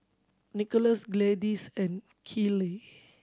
Nickolas Gladyce and Keeley